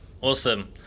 awesome